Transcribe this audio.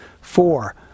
Four